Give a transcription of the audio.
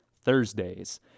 thursdays